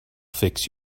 fix